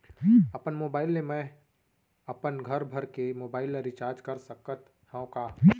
अपन मोबाइल ले मैं अपन घरभर के मोबाइल ला रिचार्ज कर सकत हव का?